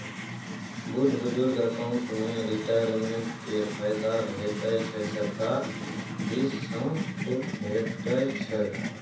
बुढ़ बुजुर्ग अकाउंट मे रिटायरमेंट केर फायदा भेटै छै सरकार दिस सँ छुट भेटै छै